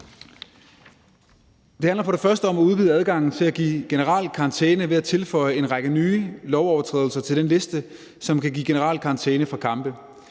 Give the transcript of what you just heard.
Det handler for det første om at udvide adgangen til at give generel karantæne ved at tilføje en række nye lovovertrædelser til den liste, som kan give generel karantæne for kampe.